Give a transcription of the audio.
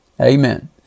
amen